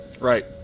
Right